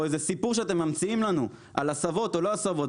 או איזה סיפור שאתם ממציאים לנו על הסבות או לא הסבות,